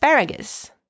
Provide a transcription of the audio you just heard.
asparagus